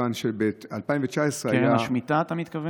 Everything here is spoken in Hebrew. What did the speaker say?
מכיוון שב-2019 היה, קרן השמיטה, אתה מתכוון?